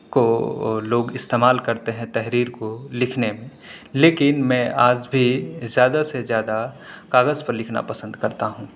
کو لوگ استعمال کرتے ہیں تحریر کو لکھنے میں لیکن میں آج بھی زیادہ سے زیادہ کاغذ پر لکھنا پسند کرتا ہوں